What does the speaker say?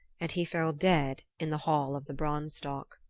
and he fell dead in the hall of the branstock.